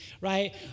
right